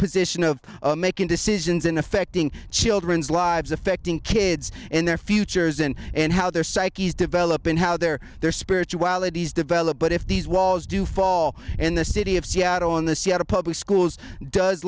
position of making decisions in affecting children's lives affecting kids and their futures and and how their psyches develop and how their their spirituality is developed but if these walls do fall in the city of seattle in the seattle public schools does